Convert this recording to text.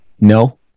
no